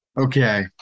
Okay